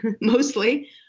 mostly